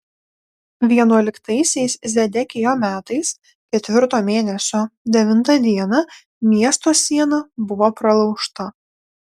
vienuoliktaisiais zedekijo metais ketvirto mėnesio devintą dieną miesto siena buvo pralaužta